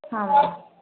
ಹಾಂ ಮ್ಯಾಮ್